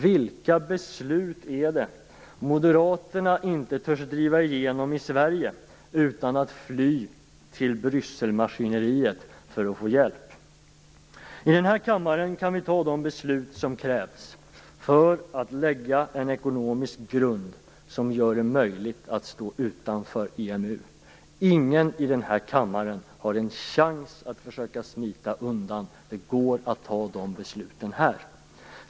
Vilka beslut är det som Moderaterna inte törs driva igenom i Sverige utan fly till Brysselmaskineriet för att få hjälp? I den här kammaren kan vi fatta de beslut som krävs för att lägga en ekonomisk grund som gör det möjligt att stå utanför EMU. Ingen i denna kammare har en chans att försöka smita undan. Det går att fatta dessa beslut här.